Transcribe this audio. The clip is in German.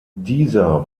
dieser